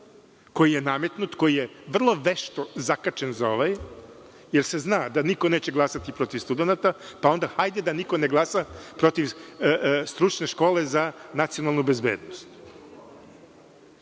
koji je nametnut, koji je vrlo vešto zakačen za ovaj, jer se zna da niko neće glasati protiv studenata, pa onda hajde da niko ne glasa protiv stručne škole za nacionalnu bezbednost.